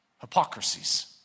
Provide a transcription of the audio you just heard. Hypocrisies